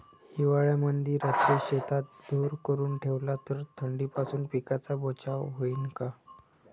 हिवाळ्यामंदी रात्री शेतात धुर करून ठेवला तर थंडीपासून पिकाचा बचाव होईन का?